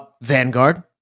Vanguard